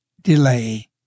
delay